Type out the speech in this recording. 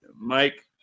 Mike